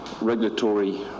regulatory